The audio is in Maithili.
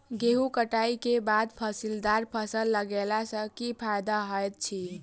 गेंहूँ कटाई केँ बाद फलीदार फसल लगेला सँ की फायदा हएत अछि?